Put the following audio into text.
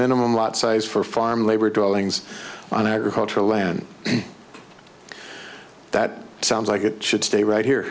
minimum lot size for farm labor dwellings on agricultural land that sounds like it should stay right here